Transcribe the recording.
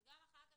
אז גם אחר כך,